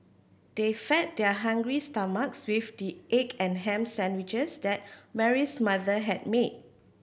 they fed their hungry stomachs with the egg and ham sandwiches that Mary's mother had made